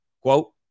Quote